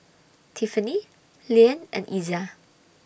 Tiffany Liane and Iza